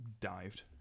dived